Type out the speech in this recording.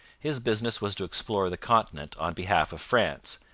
his business was to explore the continent on behalf of france,